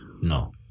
no